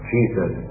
Jesus